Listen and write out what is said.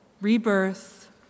rebirth